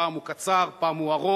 פעם הוא קצר, פעם הוא ארוך,